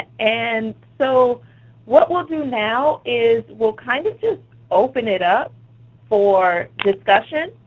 and so what we'll do now is we'll kind of just open it up for discussion,